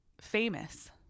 famous